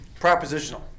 propositional